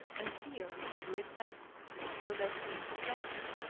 and fear had lit them till they seemed to flame.